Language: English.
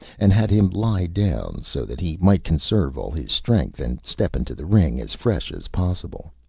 and had him lie down, so that he might conserve all his strength and step into the ring as fresh as possible.